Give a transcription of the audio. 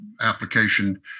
application